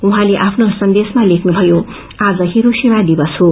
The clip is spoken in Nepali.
उहाँँले आफ्नो संदेशमा लोख्नुभयो आज छिरोसिमा दिवस छो